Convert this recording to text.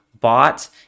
bought